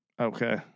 Okay